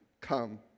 come